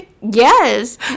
Yes